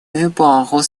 эпоху